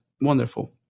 wonderful